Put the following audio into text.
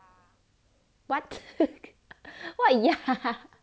what what ya